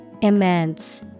Immense